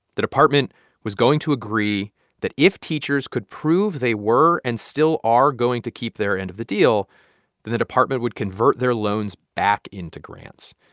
the department was going to agree that if teachers could prove they were and still are going to keep their end of the deal then the department would convert their loans back into grants.